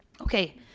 Okay